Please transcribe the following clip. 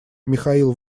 михаил